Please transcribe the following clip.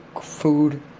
food